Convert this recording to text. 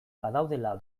badaudela